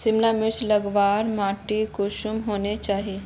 सिमला मिर्चान लगवार माटी कुंसम होना चही?